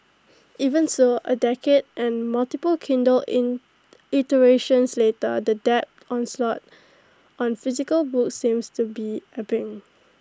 even so A decade and multiple Kindle in iterations later the tech onslaught on physical books seems to be ebbing